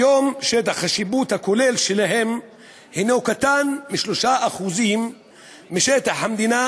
כיום שטח השיפוט הכולל שלהם קטן מ-3% משטח המדינה,